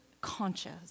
conscious